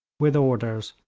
with orders,